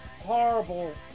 horrible